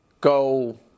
go